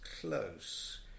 close